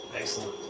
Excellent